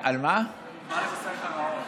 בא לבשר לך רעות.